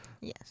Yes